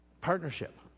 Partnership